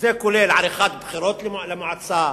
זה כולל עריכת בחירות למועצה,